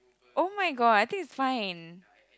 oh-my-god I think it's fine